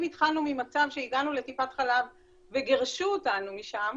אם התחלנו ממצב שהגענו לטיפת חלב וגירשו אותנו משם,